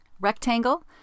rectangle